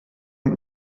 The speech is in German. und